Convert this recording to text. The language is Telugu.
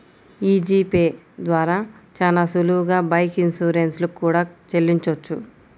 యీ జీ పే ద్వారా చానా సులువుగా బైక్ ఇన్సూరెన్స్ లు కూడా చెల్లించొచ్చు